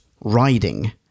riding